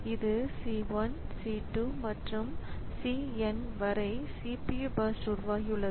இது C 1 C 2 மற்றும் c n வரை CPU பர்ஸ்ட் உருவாக்கியுள்ளது